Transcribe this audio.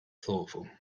thoughtful